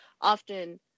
often